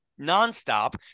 non-stop